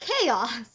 chaos